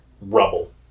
rubble